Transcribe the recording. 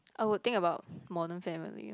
I would think about modern family or